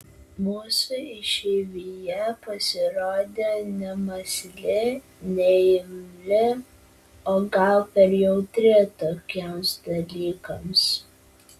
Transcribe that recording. mūsų išeivija pasirodė nemąsli neimli o gal per jautri tokiems dalykams